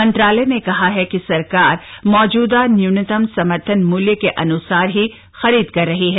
मंत्रालय ने कहा है कि सरकार अपनी मौजूदा न्यूनतम समर्थन मूल्य के अन्सार ही खरीद कर रही है